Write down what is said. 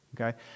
okay